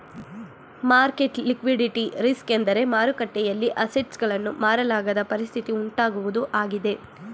market liquidity risk ಎಂದರೆ ಮಾರುಕಟ್ಟೆಯಲ್ಲಿ assets ಗಳನ್ನು ಮಾರಲಾಗದ ಪರಿಸ್ಥಿತಿ ಉಂಟಾಗುವುದು ಆಗಿದೆ